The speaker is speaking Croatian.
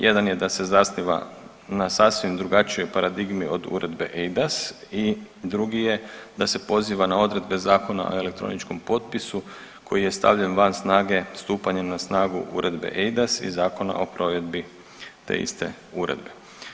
Jedan je da se zasniva na sasvim drugačijoj paradigmi od Uredbe EIDAS i drugi je da se poziva na odredbe Zakona o elektroničkom potpisu koji je stavljen van snage stupanjem na snagu Uredbe EIDAS i zakona o provedbi te iste uredbe.